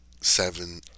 seven